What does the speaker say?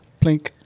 plink